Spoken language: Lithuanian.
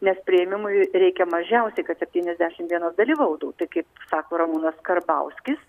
nes priėmimui reikia mažiausiai kad septyniasdešim vienas dalyvautų tai kai sako ramūnas karbauskis